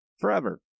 forever